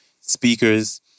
speakers